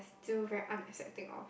still very unaccepting of